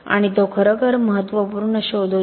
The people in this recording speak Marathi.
आणि तो खरोखर महत्त्वपूर्ण शोध होता